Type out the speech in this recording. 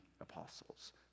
apostles